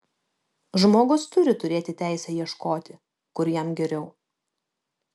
žmogus turi turėti teisę ieškoti kur jam geriau